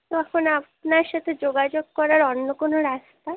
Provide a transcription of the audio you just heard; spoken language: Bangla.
তখন আপনার সাথে যোগাযোগ করার অন্য কোনো রাস্তা